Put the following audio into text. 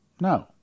No